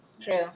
True